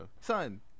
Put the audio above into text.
son